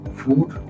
food